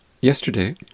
Yesterday